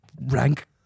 rank